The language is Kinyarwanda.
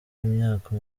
imyaka